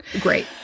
Great